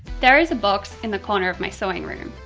there is a box, in the corner of my sewing room.